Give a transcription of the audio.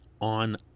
on